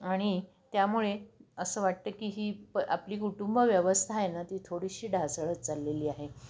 आणि त्यामुळे असं वाटतं की ही प आपली कुटुंब व्यवस्था आहे ना ती थोडीशी ढासळत चाललेली आहे